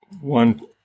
one